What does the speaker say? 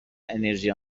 انرژی